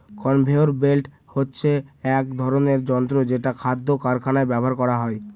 conveyor belt হচ্ছে এক ধরনের যন্ত্র যেটা খাদ্য কারখানায় ব্যবহার করা হয়